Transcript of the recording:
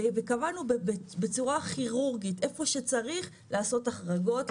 קבענו בצורה כירורגית איפה שצריך לעשות החרגות,